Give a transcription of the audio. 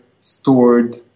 stored